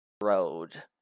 Road